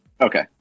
Okay